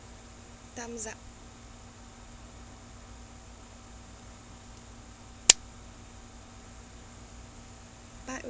time's up part